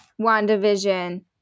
WandaVision